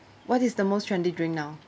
what is the most trendy drink now